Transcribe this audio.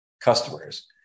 customers